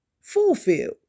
fulfill